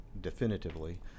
definitively